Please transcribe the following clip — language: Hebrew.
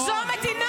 זה לא נכון, נו.